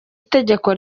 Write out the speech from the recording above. itegeko